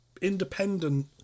independent